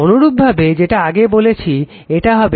অনুরূপভাবে যেটা আগে বলেছি এটা হবে